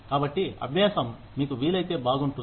కాబట్టి అభ్యాసం మీకు వీలైతే బాగుంటుంది